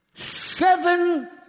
Seven